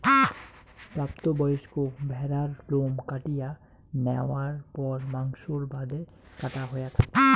প্রাপ্ত বয়স্ক ভ্যাড়ার লোম কাটিয়া ন্যাওয়ার পর মাংসর বাদে কাটা হয়া থাকে